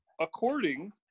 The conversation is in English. according